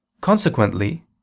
Consequently